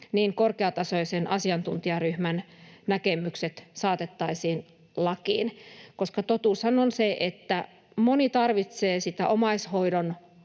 niin korkeatasoisen asiantuntijaryhmän näkemykset saatettaisiin lakiin. Nimittäin totuushan on se, että moni tarvitsee sitä omaishoidon